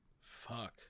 Fuck